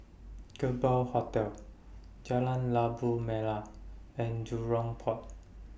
Kerbau Hotel Jalan Labu Merah and Jurong Port